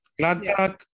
Gladbach